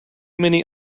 many